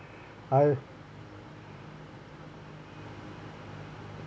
I